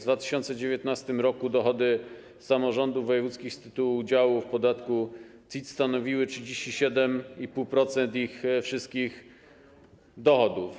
W 2019 r. dochody samorządów wojewódzkich z tytułu udziału w podatku CIT stanowiły 37,5% ich wszystkich dochodów.